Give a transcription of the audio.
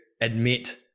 admit